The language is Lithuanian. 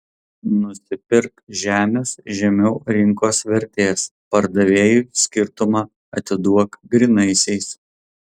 nusipirk žemės žemiau rinkos vertės pardavėjui skirtumą atiduok grynaisiais